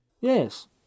Yes